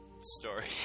story